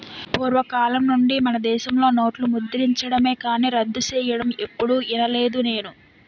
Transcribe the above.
పూర్వకాలం నుండి మనదేశంలో నోట్లు ముద్రించడమే కానీ రద్దు సెయ్యడం ఎప్పుడూ ఇనలేదు నేను